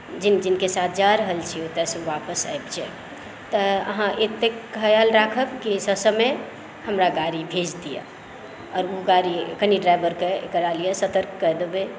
जिन जिनके साथ जाय रहल छी ओतयसँ वापस आबि जाय तऽ अहाँ एतेक खयाल राखब कि ससमय हमरा गाड़ी भेज दिअ आओर गाड़ी कनी ड्राइवरके सतर्क कए देबै